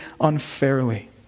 unfairly